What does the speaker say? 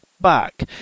back